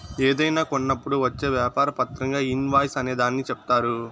ఏదైనా కొన్నప్పుడు వచ్చే వ్యాపార పత్రంగా ఇన్ వాయిస్ అనే దాన్ని చెప్తారు